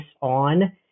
on